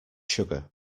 sugar